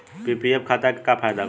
PPF खाता के का फायदा बा?